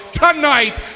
tonight